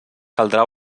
caldrà